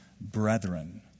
brethren